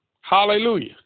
Hallelujah